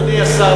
אדוני השר,